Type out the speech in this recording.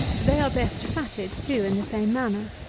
they are best fatted, too, in the same manner.